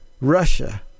Russia